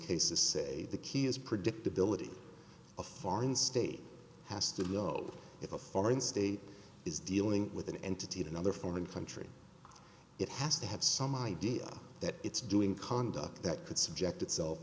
cases say the key is predictability a foreign state has to know if a foreign state is dealing with an entity of another foreign country it has to have some idea that it's doing conduct that could subject